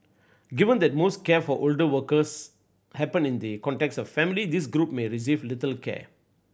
given that most care for older persons happen in the context of family this group may receive little care